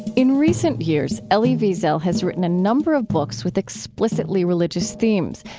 in recent years, elie wiesel has written a number of books with explicitly religious themes,